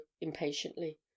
impatiently